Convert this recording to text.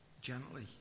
gently